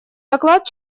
доклад